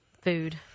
food